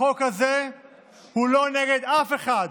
החוק הזה הוא לא נגד אף אחד,